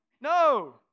No